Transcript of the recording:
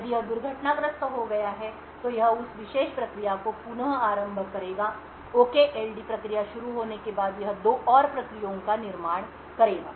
यदि यह दुर्घटनाग्रस्त हो गया है तो यह उस विशेष प्रक्रिया को पुनः आरंभ करेगा OKLD प्रक्रिया शुरू होने के बाद यह दो और प्रक्रियाओं का निर्माण करेगा